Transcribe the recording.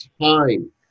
time